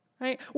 Right